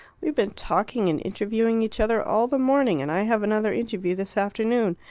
we've been talking and interviewing each other all the morning, and i have another interview this afternoon.